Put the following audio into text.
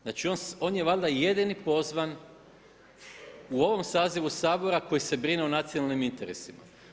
Znači on je valjda jedini pozvan u ovom sazivu Sabora koji se brine o nacionalnim interesima.